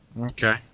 Okay